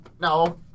no